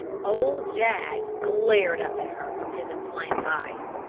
old jaggs glared up at her from his inflamed eyes.